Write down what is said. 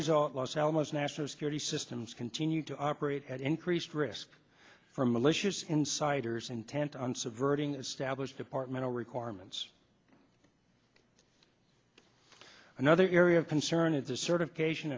result los alamos national security systems continue to operate at increased risk from malicious insiders intent on subverting established departmental requirements another area of concern is the certification